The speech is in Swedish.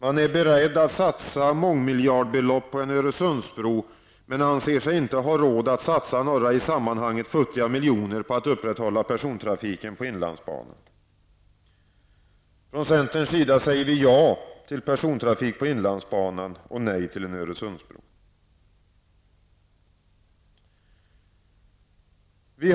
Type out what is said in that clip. Man är beredd att satsa mångmiljardbelopp på en Öresundsbro, men anser sig inte ha råd att satsa några i sammanhanget futtiga miljoner för att upprätthålla persontrafiken på inlandsbanan. Från centerns sida säger vi ja till persontrafik på inlandsbanan och nej till en Öresundsbro.